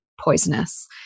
poisonous